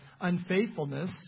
unfaithfulness